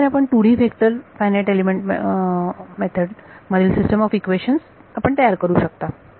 अशाप्रकारे आपल्या 2D vector FEM मधील सिस्टम ऑफ इक्वेशन्स आपण तयार करू शकता